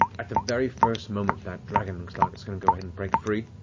at the very first moment that dragon looks like it's going to go ahead and break free,